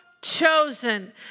chosen